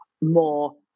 more